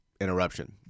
interruption